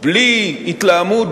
בלי התלהמות,